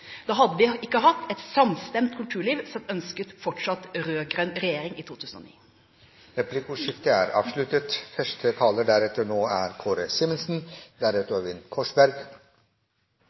Da hadde vi ikke hatt et samstemt kulturliv som ønsket fortsatt rød-grønn regjering i 2009. Replikkordskiftet er avsluttet.